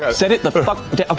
yeah set it the fuck okay.